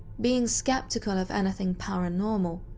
being skeptical of anything paranormal,